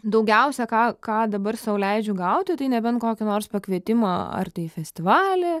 daugiausia ką ką dabar sau leidžiu gauti tai nebent kokį nors pakvietimą ar tai festivalį